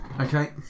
okay